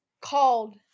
called